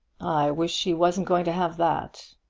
wish she wasn't going to have that.